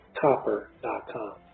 copper.com